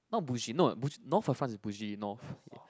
not bougie no boug~ North of France is bougie north